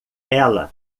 ela